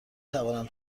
توانم